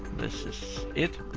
this is it.